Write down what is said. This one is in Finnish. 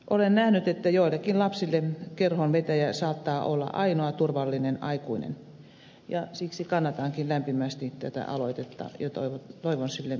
olen nähnyt että joillekin lapsille kerhonvetäjä saattaa olla ainoa turvallinen aikuinen ja siksi kannatankin lämpimästi tätä aloitetta ja toivon sille myönteistä käsittelyä